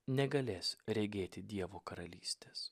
negalės regėti dievo karalystės